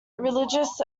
religious